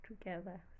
together